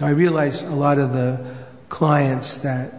i realize a lot of the clients that